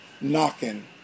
knocking